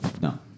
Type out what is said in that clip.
No